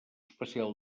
especial